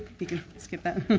because it's get better.